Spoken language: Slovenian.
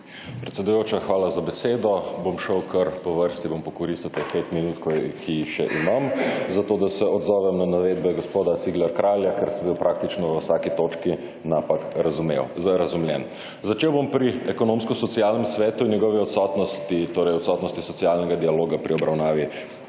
Predsedujoča, hvala za besedo. Bom šel kar po vrsti, bom pokoristil teh pet minut, ki jih imam, zato da se odzovem na navedbe gospoda Cigler Kralja, ker sem bil praktično v vsaki točki napak razumljen. Začel bom pri Ekonomsko-socialnem svetu in njegovi odsotnosti, torej odsotnosti socialnega dialoga pri obravnavi